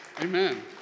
Amen